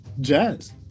Jazz